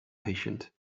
patient